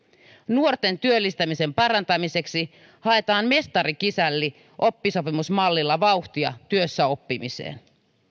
nuorten työllistämisen parantamiseksi haetaan mestari kisälli oppisopimusmallilla vauhtia työssäoppimiseen